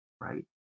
Right